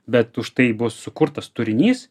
bet už tai bus sukurtas turinys